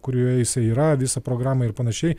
kurioje jisai yra visą programą ir panašiai